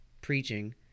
preaching